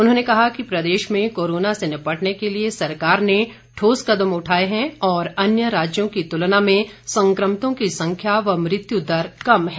उन्होंने कहा कि प्रदेश में कोरोना से निपटने के लिए सरकार ने ठोस कदम उठाए हैं और अन्य राज्यों की तुलना में संक्रमितों की संख्या व मृत्यु दर कम है